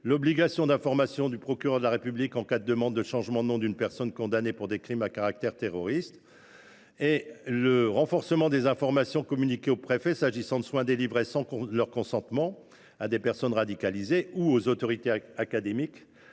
l’obligation d’information du procureur de la République en cas de demande de changement de nom d’une personne condamnée pour des crimes à caractère terroriste. Je pense enfin au renforcement des informations communiquées aux préfets s’agissant de soins délivrés, sans leur consentement, à des personnes radicalisées, ou aux autorités académiques